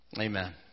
amen